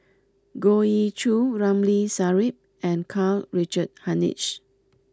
Goh Ee Choo Ramli Sarip and Karl Richard Hanitsch